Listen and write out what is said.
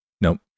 Nope